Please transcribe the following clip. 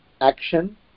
Action